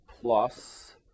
plus